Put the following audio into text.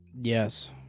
Yes